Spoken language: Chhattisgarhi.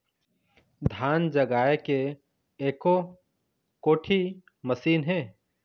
धान जगाए के एको कोठी मशीन हे?